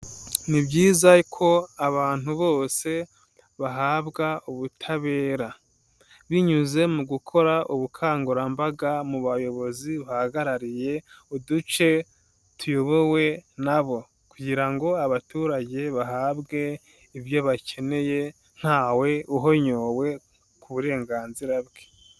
Ni byiza ko abantu bose bahabwa ubutabera. Binyuze mu gukora ubukangurambaga mu bayobozi bahagarariye uduce tuyobowe na bo. Kugira ngo abaturage bahabwe ibyo bakeneye ntawe uhonyowe k'uburenganzira bwe.